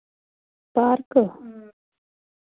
park